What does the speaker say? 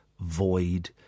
void